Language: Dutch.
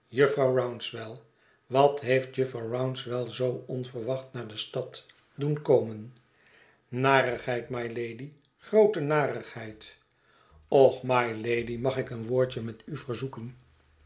jufvrouw rouncewell wat heeft jufvrouw rouncewell zoo onverwacht naar de stad doen komen narigheid mylady groote narigheid och mylady mag ik een woordje met u verzoeken